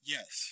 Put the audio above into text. Yes